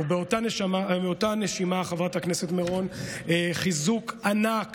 באותה נשימה, חברת הכנסת מירון, חיזוק ענק